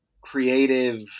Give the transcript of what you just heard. creative